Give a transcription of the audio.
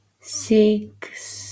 Six